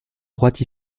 droite